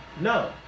No